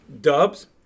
Dubs